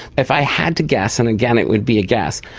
if i had to guess, and again it would be a guess,